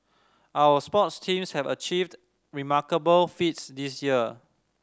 our sports teams have achieved remarkable feats this year